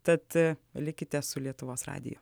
tad likite su lietuvos radiju